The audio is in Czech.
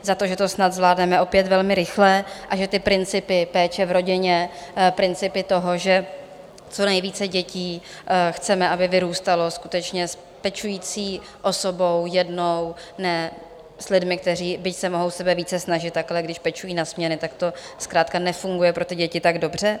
Za to, že to snad zvládneme opět velmi rychle a že ty principy teď v rodině, principy toho, že chceme, aby co nejvíce dětí vyrůstalo skutečně s pečující osobou, jednou, ne s lidmi, kteří, byť se mohou sebevíce snažit, tak ale když pečují na směny, tak to zkrátka nefunguje pro ty děti tak dobře.